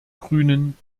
grünen